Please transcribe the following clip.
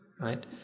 Right